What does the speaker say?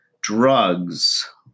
drugs